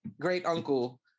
great-uncle